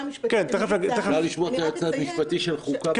כדאי לשמוע את היועץ המשפטי של חוקה.